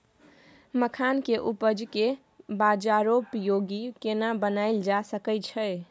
मखान के उपज के बाजारोपयोगी केना बनायल जा सकै छै?